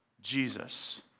Jesus